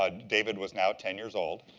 ah david was now ten years old,